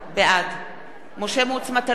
בעד משה מטלון,